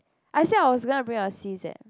I said I was gonna bring your sis eh